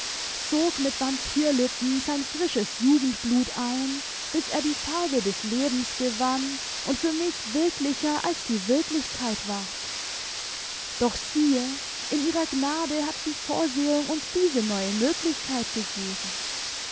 sog mit vampyrlippen sein frisches jugendblut ein bis er die farbe des lebens gewann und für mich wirklicher als die wirklichkeit ward doch siehe in ihrer gnade hat die vorsehung uns diese neue möglichkeit gegeben